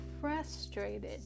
frustrated